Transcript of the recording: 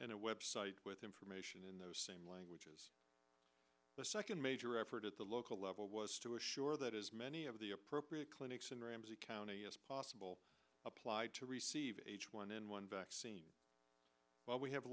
and a website with information in the same language is the second major effort at the local level was to ensure that as many of the appropriate clinics in ramsey county as possible applied to receive h one n one vaccine while we have a